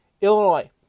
Illinois